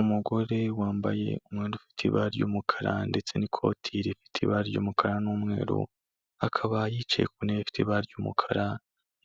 Umugore wambaye umwenda ufite ibara ry'umukara ndetse n'ikoti rifite ibara ry'umukara n'umweru, akaba yicaye ku ntebe ifite ibara ry'umukara,